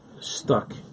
stuck